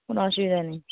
কোন অসুবিধা নেই